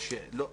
לא,